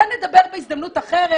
זה נדבר בהזדמנות אחרת,